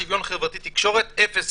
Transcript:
שוויון חברתי ותקשורת אפס,